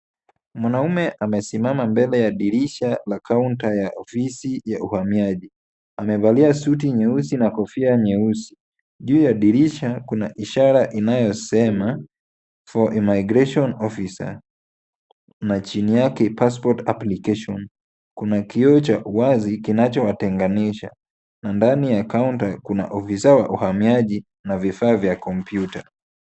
Mwanaume amesimama mbele ya dirisha la kaunta ya ofisi ya uhamiaji. Amevalia suti nyeusi na kofia nyeusi. Juu ya dirisha kuna ishara inayosema For Immigration Officer na chini yake Passport Application . Kuna kioo cha uwazi kinacho watenganisha na ndani ya kaunta kuna afisa wa uhamiaji na vifaa vya komputa.